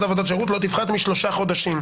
עבודת שירות לא תפחת משלושה חודשים.